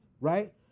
right